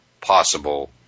possible